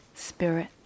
spirit